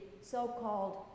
so-called